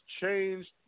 changed